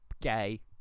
gay